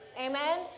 Amen